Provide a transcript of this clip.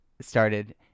started